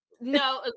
No